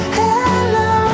hello